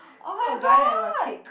oh-my-god